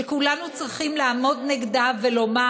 שכולנו צריכים לעמוד נגדה ולומר: